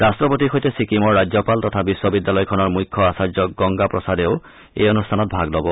ৰাষ্ট্ৰপতিৰ সৈতে ছিক্কিমৰ ৰাজ্যপাল তথা বিশ্ববিদ্যালয়খনৰ মুখ্য আচাৰ্য গংগা প্ৰসাদেও এই অনুষ্ঠানত ভাগ ল'ব